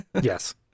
Yes